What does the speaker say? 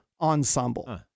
ensemble